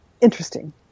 interesting